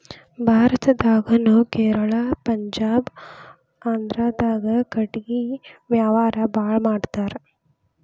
ಭಾರತದಾಗುನು ಕೇರಳಾ ಪಂಜಾಬ ಆಂದ್ರಾದಾಗ ಕಟಗಿ ವ್ಯಾವಾರಾ ಬಾಳ ಮಾಡತಾರ